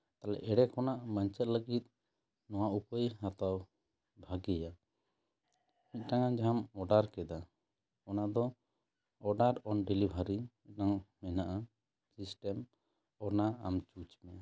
ᱛᱟᱦᱚᱞᱮ ᱮᱲᱮ ᱠᱷᱚᱱᱟᱜ ᱵᱟᱧᱪᱟᱜ ᱞᱟᱹᱜᱤᱫ ᱱᱚᱣᱟ ᱩᱯᱟᱹᱭ ᱦᱟᱛᱟᱣ ᱵᱷᱟᱜᱮᱭᱟ ᱢᱤᱫᱴᱟᱝ ᱡᱟᱦᱟᱢ ᱚᱰᱟᱨ ᱠᱮᱫᱟ ᱚᱱᱟ ᱫᱚ ᱚᱰᱟᱨ ᱚᱱ ᱰᱮᱞᱤᱵᱷᱟᱨᱤ ᱚᱱᱟ ᱦᱚᱸ ᱢᱮᱱᱟᱜᱼᱟ ᱥᱤᱥᱴᱮᱢ ᱚᱱᱟ ᱟᱢ ᱪᱩᱡᱽ ᱢᱮ